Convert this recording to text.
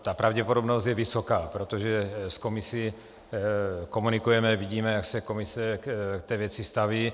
Ta pravděpodobnost je vysoká, protože s Komisí komunikujeme, vidíme, jak se Komise k té věci staví.